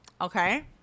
Okay